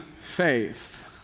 faith